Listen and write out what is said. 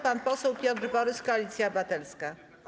Pan poseł Piotr Borys, Koalicja Obywatelska.